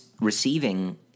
receiving